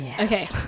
Okay